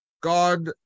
God